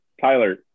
Tyler